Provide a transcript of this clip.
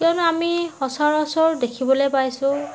কিয়নো আমি সচৰাচৰ দেখিবলৈ পাইছো